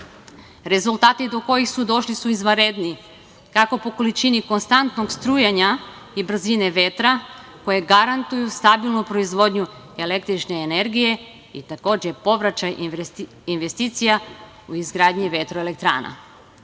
Rezultati do kojih su došli su izvanredni, kako po količini konstantnog strujanja i brzine vetra, koji garantuju stabilnu proizvodnju električne energije i takođe, povraćaj investicija u izgradnji vetro-elektrana. Energija